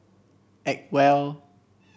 Acwell